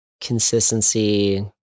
Consistency